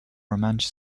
romansh